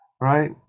Right